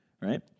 right